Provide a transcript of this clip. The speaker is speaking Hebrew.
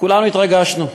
כולנו התרגשנו.